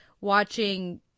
watching